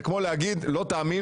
זה כמו להגיד: לא תאמינו,